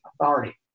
Authority